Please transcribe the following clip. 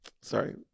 sorry